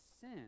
sin